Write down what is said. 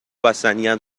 بستنیم